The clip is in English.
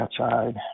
outside